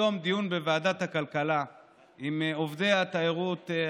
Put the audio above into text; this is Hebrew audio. היה היום דיון בוועדת הכלכלה עם עובדי התיירות,